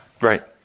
Right